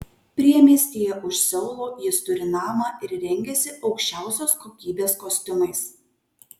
priemiestyje už seulo jis turi namą ir rengiasi aukščiausios kokybės kostiumais